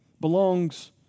belongs